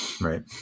Right